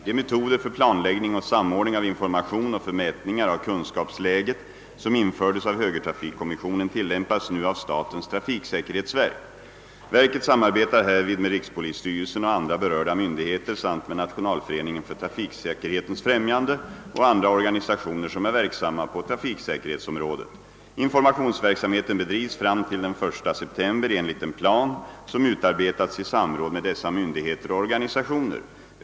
De metoder för planläggning och samordning av information och för mätningar av kunskapsläget som infördes av högertrafikkommissionen tillämpas nu av statens trafiksäkerhetsverk. Verket samarbetar härvid med rikspolisstyrelsen och andra berörda myndigheter samt med Nationalföreningen för trafiksäkerhetens främjande och andra organisationer, som är verksamma på trafiksäkerhetsområdet. Informationsverksamheten bedrivs fram till den 1 september enligt en plan, som utarbetats i samråd med dessa myndigheter och organisationer.